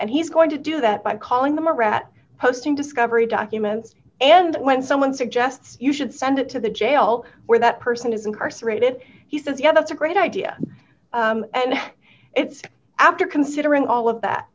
and he's going to do that by calling them a rat posting discovery documents and when someone suggests you should send it to the jail where that person is incarcerated he says yeah that's a great idea and it's after considering all of that